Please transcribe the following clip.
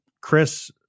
Chris